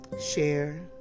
share